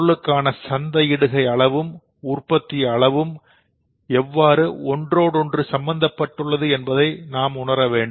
பொருளுக்கான சந்தையிடுகை அளவும் உற்பத்தி அளவும் எவ்வாறு ஒன்றோடொன்று சம்பந்தப்பட்டுள்ளது என்பதை உணர வேண்டும்